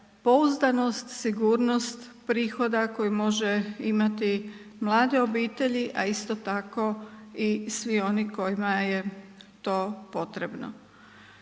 pouzdanost, sigurnost prihoda koje mogu imati mlade obitelji a isto tako i svi oni kojima je to potrebno.